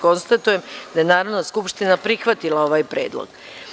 Konstatujem da je Narodna skupština prihvatila ovaj predlog.